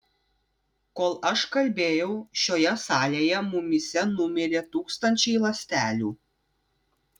kol aš kalbėjau šioje salėje mumyse numirė tūkstančiai ląstelių